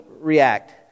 react